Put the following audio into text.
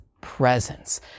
presence